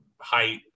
height